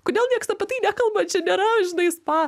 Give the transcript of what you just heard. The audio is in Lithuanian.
kodėl nieks apie tai nekalba čia nėra žinai spa